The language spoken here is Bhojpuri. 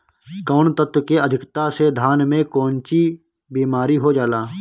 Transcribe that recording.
कौन तत्व के अधिकता से धान में कोनची बीमारी हो जाला?